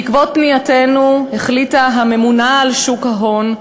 בעקבות פנייתנו החליטה הממונה על שוק ההון,